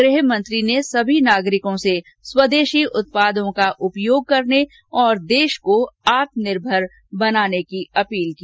गृहमंत्री ने सभी नागरिकों से स्वदेशी उत्पादों का उपयोग करने और देश को आत्मनिर्भर बनाने की अपील की